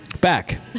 Back